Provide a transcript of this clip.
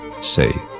say